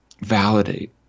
validate